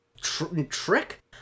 trick